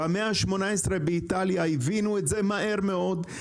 במאה ה-18 באיטליה הבינו את זה מהר מאוד,